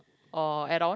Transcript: or add on